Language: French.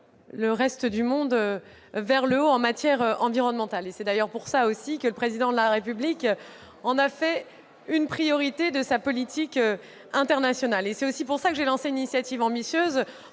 le reste du monde vers le haut en matière environnementale. C'est d'ailleurs pour cette raison que le Président de la République en a fait une priorité de sa politique internationale et que j'ai lancé une initiative ambitieuse